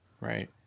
Right